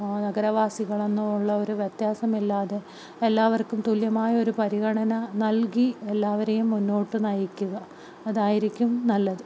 നഗരവാസികളെന്നോ ഉള്ള ഒരു വ്യത്യാസമില്ലാതെ എല്ലാവർക്കും തുല്യമായ ഒരു പരിഗണന നൽകി എല്ലാവരെയും മുന്നോട്ട് നയിക്കുക അതായിരിക്കും നല്ലത്